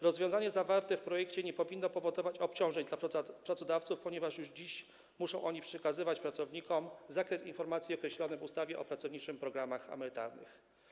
Rozwiązanie zawarte w projekcie nie powinno powodować obciążeń pracodawców, ponieważ już dziś muszą oni przekazywać pracownikom zakres informacji określonych w ustawie o pracowniczych programach emerytalnych.